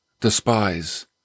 despise